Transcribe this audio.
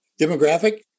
Demographic